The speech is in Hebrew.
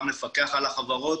גם לפקח על החברות,